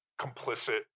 complicit